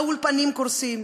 האולפנים קורסים,